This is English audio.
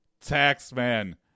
Taxman